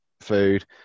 food